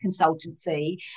consultancy